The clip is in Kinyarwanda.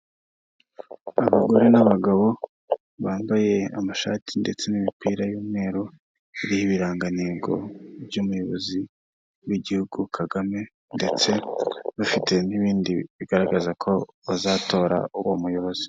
Abagore n'abagabo bambaye amashati ndetse n'imipira y'umweru iriho ibirangantego by'umuyobozi w'igihugu Kagame ndetse bafite n'ibindi bigaragaza ko bazatora uwo muyobozi.